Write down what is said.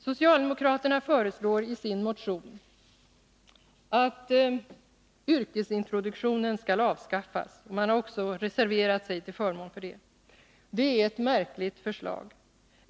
Socialdemokraterna föreslår i sin motion att yrkesintroduktionen skall avskaffas. De har också reserverat sig till förmån för det. Det är ett märkligt förslag.